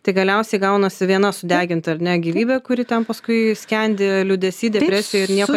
tai galiausiai gaunasi viena sudeginta ar ne gyvybė kuri ten paskui skendi liūdesy depresijoj ir nieko